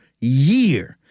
year